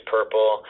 Purple